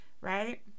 right